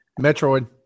Metroid